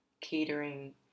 catering